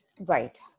Right